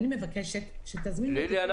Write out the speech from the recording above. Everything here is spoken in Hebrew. אני מבקשת שתזמינו אותי כל פעם לוועדה.